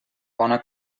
bona